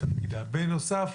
בנוסף,